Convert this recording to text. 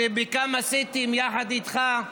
שבכמה סטים, יחד איתך,